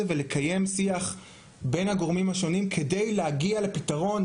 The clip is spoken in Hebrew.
ולקיים שיח בין הגורמים השונים כדי להגיע לפתרון,